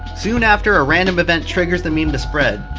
soon after a random event triggers the meme to spread,